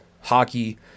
Hockey